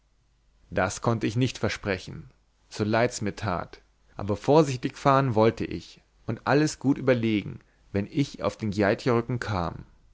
das konnte ich nicht versprechen so leid mir's tat aber vorsichtig fahren wollte ich und alles gut überlegen wenn ich auf den gjeiterücken kam